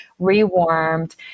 rewarmed